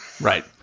Right